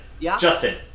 Justin